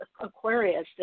Aquarius